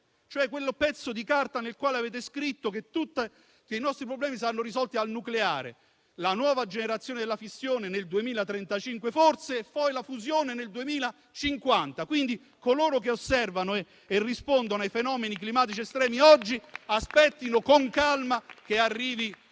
di quel pezzo di carta nel quale avete scritto che tutti i nostri problemi saranno risolti dal nucleare: la nuova generazione della fissione nel 2035, forse, e poi la fusione nel 2050, quindi coloro che osservano e rispondono ai fenomeni climatici estremi oggi aspettino con calma che arrivi